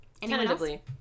tentatively